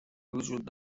وجود